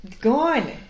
Gone